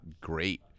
great